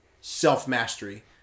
self-mastery